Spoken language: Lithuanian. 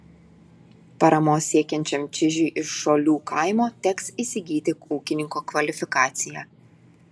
paramos siekiančiam čižiui iš šolių kaimo teks įsigyti ūkininko kvalifikaciją